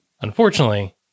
Unfortunately